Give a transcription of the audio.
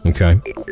Okay